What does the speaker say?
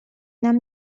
нам